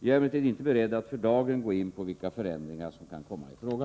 Jag är emellertid inte beredd att för dagen gå in på vilka förändringar som kan komma i fråga.